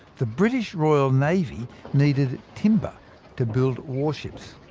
the british royal navy needed timber to build warships.